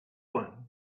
one